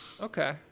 okay